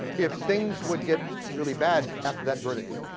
if things would get really bad after that verdict.